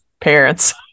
parents